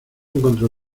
encontró